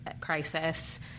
crisis